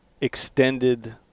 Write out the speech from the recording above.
extended